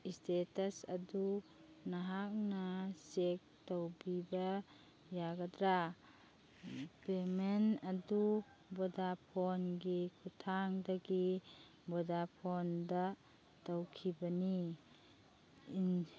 status ꯑꯗꯨ ꯅꯍꯥꯛꯅ check ꯇꯧꯕꯤꯕ ꯌꯥꯒꯗ꯭ꯔ ꯄꯦꯃꯦꯟ ꯑꯗꯨ ꯕꯣꯗꯥꯐꯣꯟꯒꯤ ꯈꯨꯊꯥꯡꯗꯒꯤ ꯕꯣꯗꯥꯐꯣꯟꯗ ꯇꯧꯈꯤꯕꯅꯤ